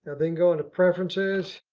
ah then go into preferences.